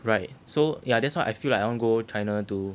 right so yeah that's why I feel like I want go china to